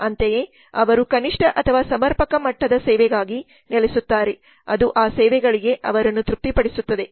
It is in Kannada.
ಅಂತೆಯೇ ಅವರು ಕನಿಷ್ಟ ಅಥವಾ ಸಮರ್ಪಕ ಮಟ್ಟದ ಸೇವೆಗಾಗಿ ನೆಲೆಸುತ್ತಾರೆ ಅದು ಆ ಸೇವೆಗಳಿಗೆ ಅವರನ್ನು ತೃಪ್ತಿಪಡಿಸುತ್ತದೆ